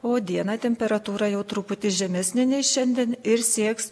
o dieną temperatūra jau truputį žemesnė nei šiandien ir sieks